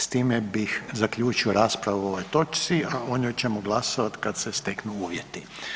S time bih zaključio raspravu o ovoj točci, a o njoj ćemo glasovat kad se steknu uvjeti.